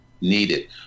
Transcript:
needed